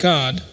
God